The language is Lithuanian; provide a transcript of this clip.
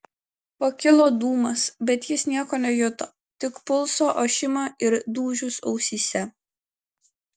pakilo dūmas bet jis nieko nejuto tik pulso ošimą ir dūžius ausyse